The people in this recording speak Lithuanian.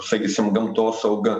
sakysim gamtosauga